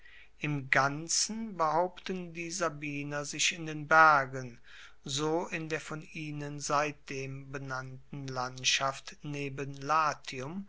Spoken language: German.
im ganzen behaupten die sabiner sich in den bergen so in der von ihnen seitdem benannten landschaft neben latium